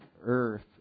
earth